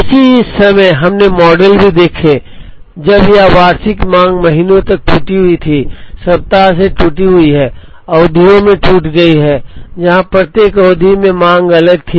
उसी समय हमने मॉडल भी देखे जब यह वार्षिक मांग महीनों तक टूटी हुई है सप्ताह से टूटी हुई है अवधियों में टूट गई है जहां प्रत्येक अवधि में मांग अलग थी